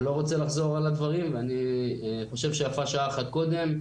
אני לא רוצה לחזור על הדברים ואני חושב שיפה שעה אחת קודם,